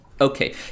Okay